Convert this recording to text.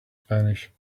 spanish